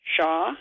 Shaw